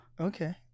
Okay